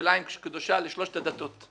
שירושלים קדושה לשלוש הדתות,